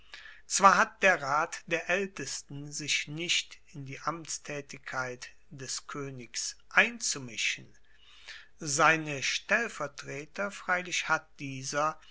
zwar hat der rat der aeltesten sich nicht in die amtstaetigkeit des koenigs einzumischen seine stellvertreter freilich hat dieser